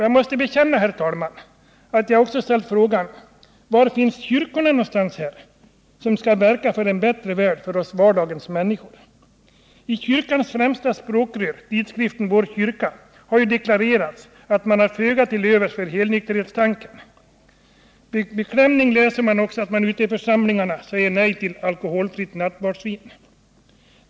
Jag måste bekänna, herr talman, att jag också har ställt frågan: Var finns kyrkorna, som ju skall verka för en bättre värd för oss vardagens människor? I kyrkans främsta språkrör, tidskriften Vår kyrka, har deklarerats att kyrkan har föga till övers för helnykterhetstanken. Med beklämning läser man också att folk ute i församlingarna säger nej till alkoholfritt nattvardsvin.